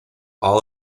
all